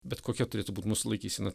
bet kokia turėtų būt mūsų laikysena